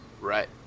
Right